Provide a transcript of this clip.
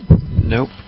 Nope